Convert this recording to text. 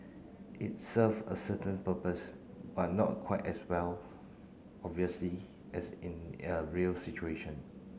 it serve a certain purpose but not quite as well obviously as in a real situation